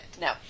No